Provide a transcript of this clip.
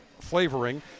flavoring